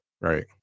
Right